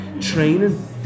training